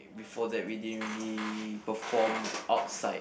before that we didn't really perform outside